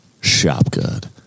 Shopgood